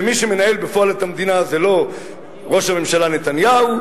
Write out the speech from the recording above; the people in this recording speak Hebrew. שמי שמנהל בפועל את המדינה זה לא ראש הממשלה נתניהו,